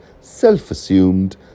self-assumed